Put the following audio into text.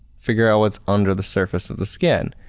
figure out what's under the surface of the skin.